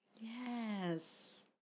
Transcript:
Yes